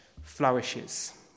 flourishes